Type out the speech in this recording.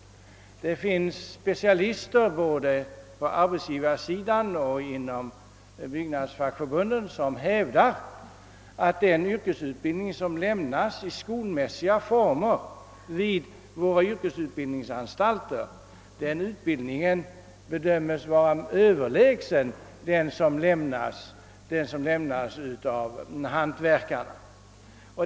Det finns specialister både på arbetsgivarsidan och inom byggnadsfackförbunden som hävdar, att den yrkesutbildning som ges i skolmässiga former vid våra yrkesutbildningsanstalter är överlägsen den som ges av hantverkarna.